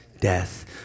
death